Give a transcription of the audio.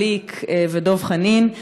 גליק ודב חנין.